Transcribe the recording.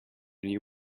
new